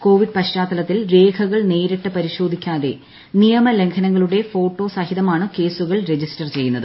Covid പശ്ചാത്തലത്തിൽ രേഖകൾ നേരിട്ട് പരിശോധിക്കാതെ നിയമലംഘനങ്ങളുടെ ഫോട്ടോ സഹിതമാണ് കേസുകൾ രജിസ്റ്റർ ചെയ്യുന്നത്